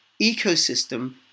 ecosystem